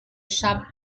sharp